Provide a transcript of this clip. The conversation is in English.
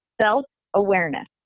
self-awareness